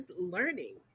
learning